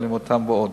בהלימותם ועוד.